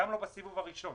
גם לא בסיבוב הראשון,